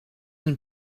een